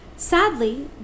Sadly